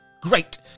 Great